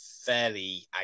fairly